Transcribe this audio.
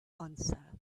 answer